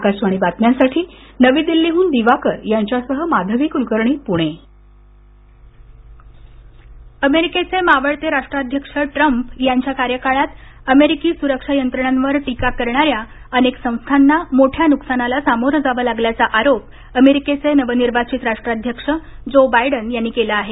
आकाशवाणी बातम्यांसाठी नवी दिल्लीहून दिवाकर यांच्यासह माधवी कुलकर्णी पुणे जो बायडन अमेरिकेचे मावळते राष्ट्राध्यक्ष ट्रम्प यांच्या कार्यकाळात अमेरिकी सुरक्षा यंत्रणांवर टीका करणाऱ्या अनेक संस्थांना मोठ्या नुकसानाला समोरं जावं लागल्याचा आरोप अमेरिकेचे नवनिर्वाचित राष्ट्राध्यक्ष जोबायडन यांनी केला आहे